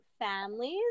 Families